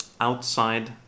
outside